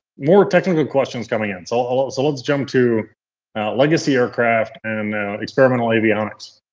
more technical questions coming in. so let's so let's jump to legacy aircraft and experimental avionics.